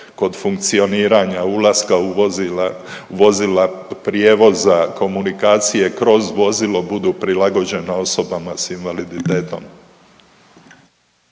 kod funkcioniranja ulaska u vozila, vozila prijevoza, komunikacije kroz vozilo budu prilagođene osobama s invaliditetom.